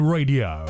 Radio